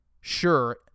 sure